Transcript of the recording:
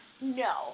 No